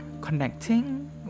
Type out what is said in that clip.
connecting